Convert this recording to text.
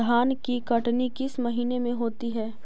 धान की कटनी किस महीने में होती है?